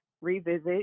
revisit